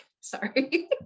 sorry